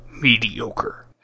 Mediocre